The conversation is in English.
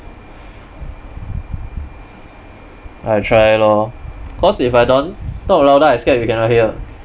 I try lor cause if I don't talk louder I scared you cannot hear